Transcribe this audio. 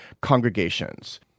congregations